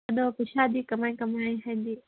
ꯑꯗꯣ ꯄꯩꯁꯥꯗꯤ ꯀꯃꯥꯏꯅ ꯀꯃꯥꯏꯅ ꯍꯥꯏꯗꯤ